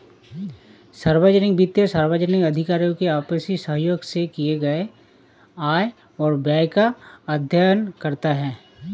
सार्वजनिक वित्त सार्वजनिक अधिकारियों की आपसी सहयोग से किए गये आय व व्यय का अध्ययन करता है